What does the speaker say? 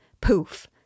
Poof